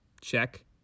Check